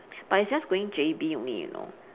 but it's just going J_B only you know